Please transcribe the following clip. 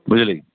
ବୁଝିଲେକି